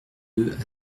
deux